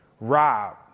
Rob